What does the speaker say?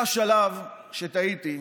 היה שלב שתהיתי,